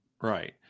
Right